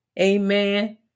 amen